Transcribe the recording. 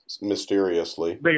mysteriously